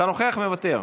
אתה נוכח ומוותר.